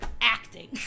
acting